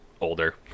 older